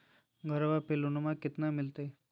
घरबा पे लोनमा कतना मिलते?